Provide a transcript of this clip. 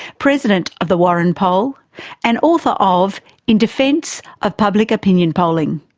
president of the warren poll and author of in defense of public opinion polling.